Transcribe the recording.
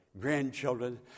grandchildren